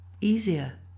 easier